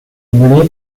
blé